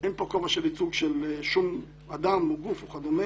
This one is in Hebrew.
אין פה כובע של ייצוג של שום אדם, או גוף וכדומה.